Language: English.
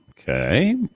Okay